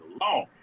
long